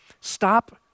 Stop